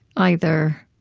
either,